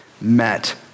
met